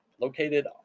located